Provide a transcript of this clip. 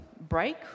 break